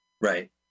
Right